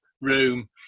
room